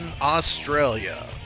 Australia